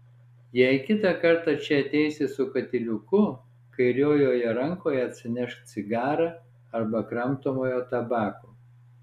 jei kitą kartą čia ateisi su katiliuku kairiojoje rankoje atsinešk cigarą arba kramtomojo tabako